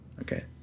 Okay